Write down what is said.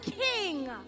king